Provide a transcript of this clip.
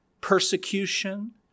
persecution